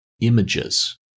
images